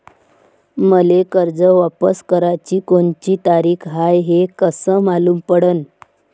मले कर्ज वापस कराची कोनची तारीख हाय हे कस मालूम पडनं?